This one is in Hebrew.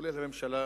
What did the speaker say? כולל הממשלה